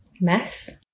mess